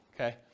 okay